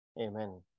Amen